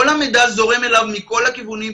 שכל המידע זורם אליו מכל הכיוונים,